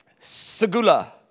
segula